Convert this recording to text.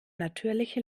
natürliche